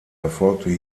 erfolgte